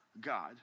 God